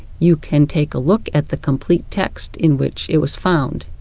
you can take a look at the complete text in which it was found.